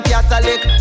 Catholic